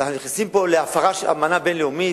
ואנחנו נכנסים פה להפרה של אמנה בין-לאומית,